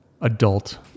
adult